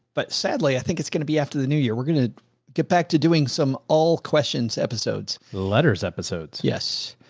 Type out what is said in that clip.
but sadly, i think it's going to be after the new year, we're going to get back to doing some, all questions. episodes, letters, episodes. yes.